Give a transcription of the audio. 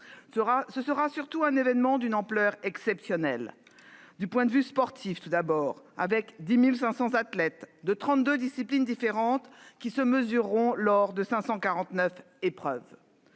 Ce sera surtout un événement d'une ampleur exceptionnelle. D'un point de vue sportif, d'abord : 10 500 athlètes de 32 disciplines différentes se mesureront lors de 549 épreuves.